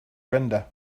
render